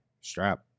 strap